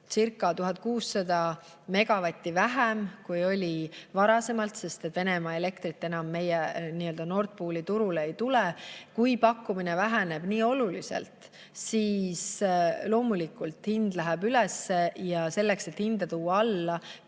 turulcirca1600 megavatti vähem, kui oli varasemalt, sest Venemaa elektrit enam meie Nord Pooli turule ei tule. Kui pakkumine väheneb nii oluliselt, siis loomulikult läheb hind üles, ja selleks, et hinda alla